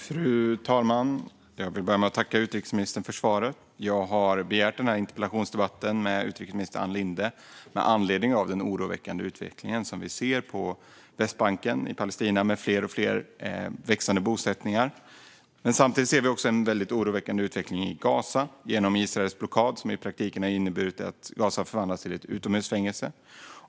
Fru talman! Jag vill börja med att tacka utrikesministern för svaret. Jag har begärt denna interpellationsdebatt med utrikesminister Ann Linde med anledning av den oroväckande utveckling vi ser på Västbanken i Palestina med fler och fler växande bosättningar. Samtidigt ser vi en mycket oroväckande utveckling i Gaza, genom Israels blockad, som i praktiken har inneburit att Gaza förvandlats till ett utomhusfängelse.